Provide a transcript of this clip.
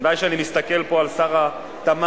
כשאני מסתכל פה על שר התמ"ת,